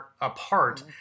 apart